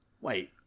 Wait